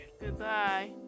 Goodbye